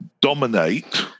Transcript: dominate